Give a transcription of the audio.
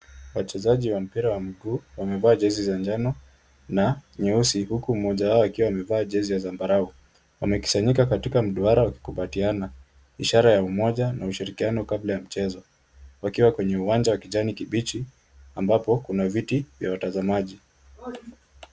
Wachezaji wa mpira wa mguu, wamevaa jezi za njano na nyeusi, huku mmoja wao akiwa amevaa jezi ya zambarau. Wamekusanyika katika mduara wakikumbatiana, ishara ya umoja na ushirikiano kabla ya mchezo, wakiwa kwenye uwanja wa kijani kibichi, ambapo kuna viti vya watazamaji.